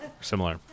Similar